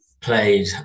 played